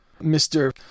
Mr